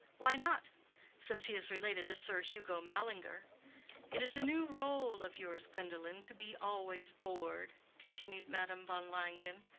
why not since he is related to sir hugo mallinger it is a new role of yours, gwendolen, to be always bored, continued madame von langen,